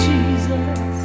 Jesus